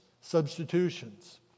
substitutions